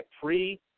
pre